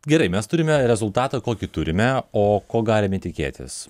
gerai mes turime rezultatą kokį turime o ko galime tikėtis